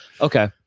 Okay